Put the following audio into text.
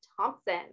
thompson